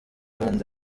rwanda